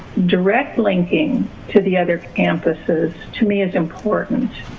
direct linking to the other campuses, to me, is important.